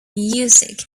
music